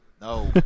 No